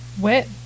wet